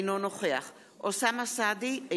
אינו נוכח אוסאמה סעדי,